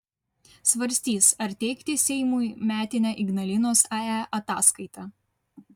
svarstys ar teikti seimui metinę ignalinos ae ataskaitą